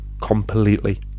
completely